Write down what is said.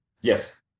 Yes